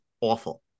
awful